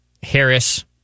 Harris